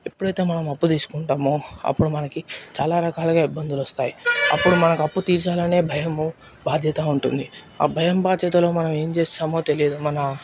ఎప్పుడైతే మనం అప్పు తీసుకుంటామో అప్పుడు మనకి చాలా రకాలుగా ఇబ్బందులొస్తాయి అప్పుడు మనకు అప్పు తీర్చాలనే భయము బాధ్యత ఉంటుంది ఆ భయం బాధ్యతలో మనం ఏం చేస్తామో తెలియదు మన